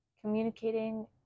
communicating